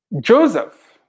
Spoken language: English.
Joseph